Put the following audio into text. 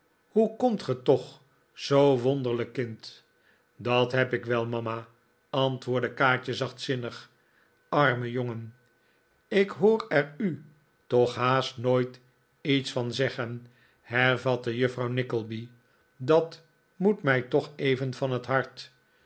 hoe komt ge toch zoo wonderlijk kind dat neb ik wel mama antwoordde kaatje zachtzinnig arme jongen ik hoor er u toch haast nooit iets van zeggen hervatte juffrouw nickleby dat moet mij toch even van het hart